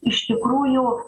iš tikrųjų